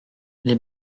les